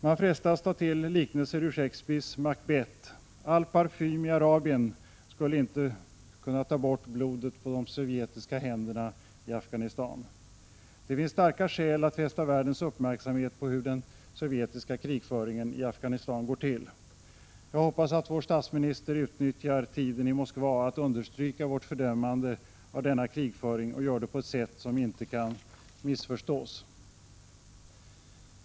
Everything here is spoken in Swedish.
Man frestas ta till liknelsen ur Shakespeares Macbeth: All parfym i Arabien skulle inte kunna ta bort blodet från de sovjetiska händerna i Afghanistan. Det finns starka skäl att fästa världens uppmärksamhet på hur den sovjetiska krigföringen i Afghanistan går till. Jag hoppas att vår statsminister utnyttjar tiden i Moskva att understryka vårt fördömande av denna krigföring och gör det på ett sätt som inte kan missförstås.